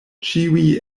ĉiuj